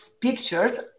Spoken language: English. pictures